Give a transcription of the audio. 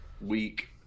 week